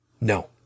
No